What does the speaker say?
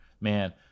Man